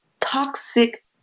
toxic